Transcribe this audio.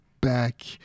back